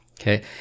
okay